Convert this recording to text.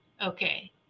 okay